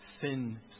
sin